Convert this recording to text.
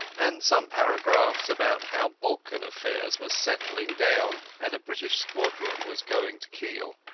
and some paragraphs about how balkan affairs were settling down and a british squadron was going to kiel.